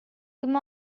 come